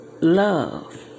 love